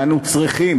ואנו צריכים,